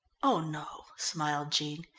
oh no, smiled jean,